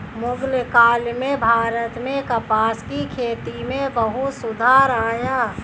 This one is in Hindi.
मुग़ल काल में भारत में कपास की खेती में बहुत सुधार आया